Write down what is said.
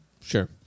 sure